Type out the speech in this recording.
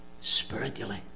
spiritually